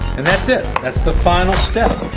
and that's it. that's the final step.